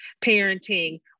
parenting